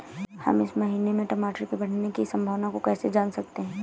हम इस महीने में टमाटर के बढ़ने की संभावना को कैसे जान सकते हैं?